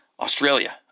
Australia